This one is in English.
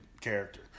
character